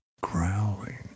growling